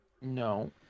No